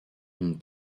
une